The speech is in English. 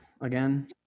again